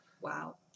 Wow